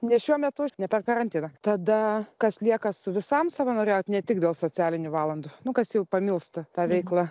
ne šiuo metu ne per karantiną tada kas lieka su visam savanoriauti ne tik dėl socialinių valandų nu kas jau pamilsta tą veiklą